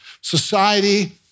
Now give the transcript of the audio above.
Society